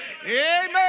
Amen